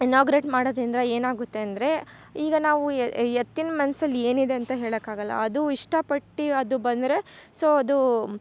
inaugurate ಮಾಡೋದರಿಂದ ಏನಾಗುತ್ತೆ ಅಂದರೆ ಈಗ ನಾವು ಎತ್ತಿನ ಮನ್ಸಲ್ಲಿ ಏನಿದೆ ಅಂತ ಹೇಳಕಾಗಲ್ಲ ಅದು ಇಷ್ಟ ಪಟ್ಟು ಅದು ಬಂದರೆ ಸೊ ಅದು